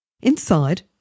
Inside